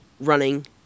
running